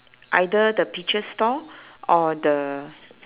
either the peaches stall or the